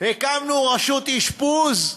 הקמנו חוק רשות אשפוז,